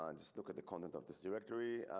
um just look at the content of this directory.